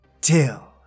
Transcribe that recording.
till